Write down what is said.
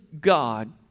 God